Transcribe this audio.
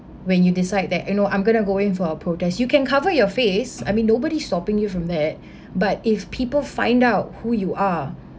when you decide that you know I'm going to going for a protest you can cover your face I mean nobody stopping you from that but if people find out who you are